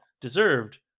deserved